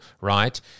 right